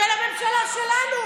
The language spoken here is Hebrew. בטיפול המשפטי שלו,